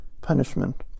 punishment